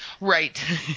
Right